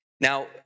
Now